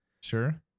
Sure